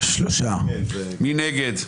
מי נגד?